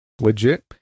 Legit